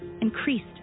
increased